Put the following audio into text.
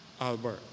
Albert